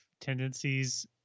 tendencies